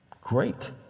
Great